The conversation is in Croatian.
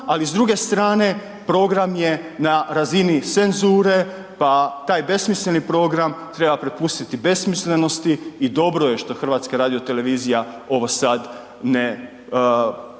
ali s druge strane, program je na razini senssure pa taj besmisleni program treba prepustiti besmislenosti i dobro je što HRT ovo sad ne prenosi,